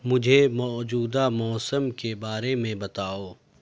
مجھے موجودہ موسم کے بارے میں بتاؤ